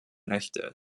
rechte